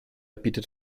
bietet